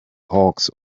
hawks